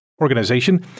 organization